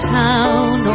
town